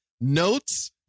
notes